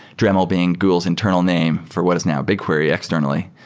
dremel being google's internal name for what is now bigquery externally.